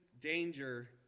danger